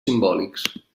simbòlics